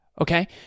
Okay